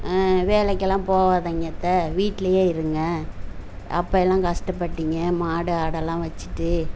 வேலைக்கெல்லாம் போகாதீங்க அத்தை வீட்டிலையே இருங்க அப்போயெல்லாம் கஷ்டப்பட்டுடிங்க மாடு ஆடெல்லாம் வச்சிட்டு